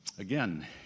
Again